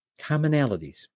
commonalities